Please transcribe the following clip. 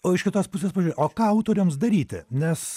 o iš kitos pusės pažė o ką autoriams daryti nes